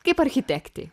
kaip architektei